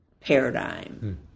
paradigm